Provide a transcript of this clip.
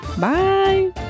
Bye